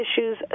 issues